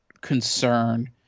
concern